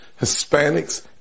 Hispanics